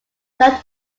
blunt